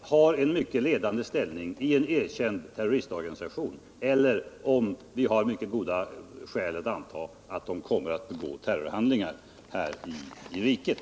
har en ledande ställning i en erkänd terroristorganisation eller om vi har konkreta skäl att anta att de kommer att begå terrorhandlingar här i riket.